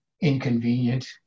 inconvenient